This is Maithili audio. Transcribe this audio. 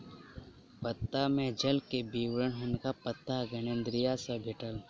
पत्ता में जल के विवरण हुनका पत्ता ज्ञानेंद्री सॅ भेटल